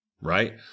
right